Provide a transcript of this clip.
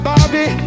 Bobby